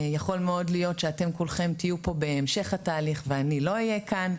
יכול מאוד להיות שאתם כולכם תהיו פה בהמשך התהליך ואני לא אהיה כאן,